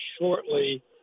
shortly